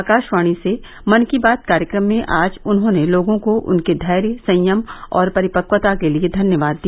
आकाशवाणी से मन की बात कार्यक्रम में आज उन्होंने लोगों को उनके धैर्य संयम और परिपक्वता के लिए धन्यवाद दिया